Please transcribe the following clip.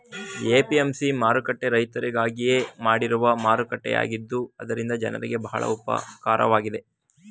APMC ಮಾರುಕಟ್ಟೆ ರೈತರಿಗಾಗಿಯೇ ಮಾಡಿರುವ ಮಾರುಕಟ್ಟೆಯಾಗಿತ್ತು ಇದರಿಂದ ಜನರಿಗೆ ಬಹಳ ಉಪಕಾರವಾಗಿದೆ